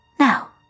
Now